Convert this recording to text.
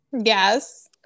Yes